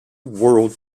world